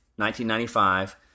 1995